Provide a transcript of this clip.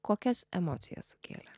kokias emocijas sukėlė